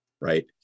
right